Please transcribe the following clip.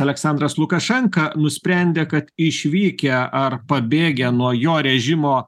aleksandras lukašenka nusprendė kad išvykę ar pabėgę nuo jo režimo